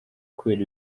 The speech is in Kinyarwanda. kubera